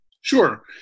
Sure